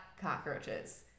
cockroaches